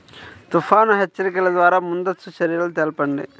తుఫాను హెచ్చరికల ద్వార ముందస్తు చర్యలు తెలపండి?